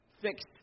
fixed